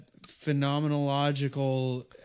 phenomenological